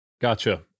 Gotcha